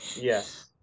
Yes